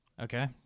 Okay